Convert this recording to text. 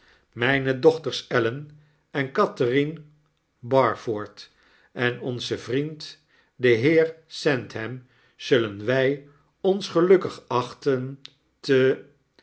mijne dochters ellen en catherine barford en onze vriend de heer sandham zullen wij ons gelukkig achten te